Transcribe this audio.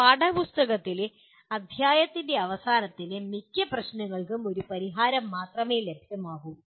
ഒരു പാഠപുസ്തകത്തിലെ അധ്യായത്തിന്റെ അവസാനത്തിലെ മിക്ക പ്രശ്നങ്ങൾക്കും ഒരു പരിഹാരം മാത്രമേ ലഭ്യമാകൂ